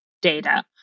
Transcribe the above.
data